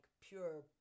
pure